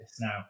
Now